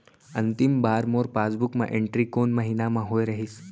अंतिम बार मोर पासबुक मा एंट्री कोन महीना म होय रहिस?